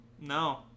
no